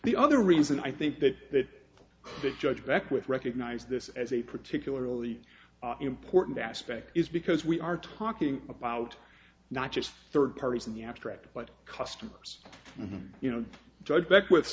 the other reason i think that that that judge beckwith recognize this as a particularly important aspect is because we are talking about not just third parties in the abstract but customers you know judge beckwith